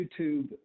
YouTube